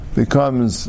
becomes